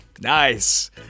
nice